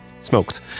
smoked